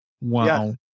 Wow